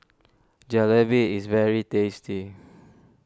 Jalebi is very tasty